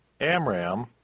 Amram